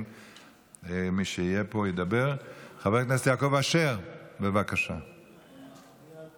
ותעבור לוועדה לענייני